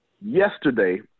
Yesterday